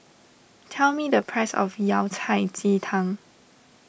tell me the price of Yao Cai Ji Tang